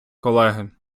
колеги